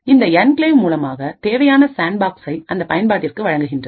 இந்த என்கிளேவ் மூலமாக தேவையான சாண்ட்பாக்ஸை அந்த பயன்பாட்டிற்கு வழங்குகின்றது